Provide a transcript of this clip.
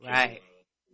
Right